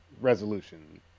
resolution